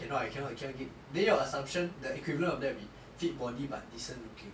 cannot eh cannot cannot give then your assumption the equivalent of that will be fit body but decent looking